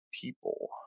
people